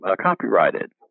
copyrighted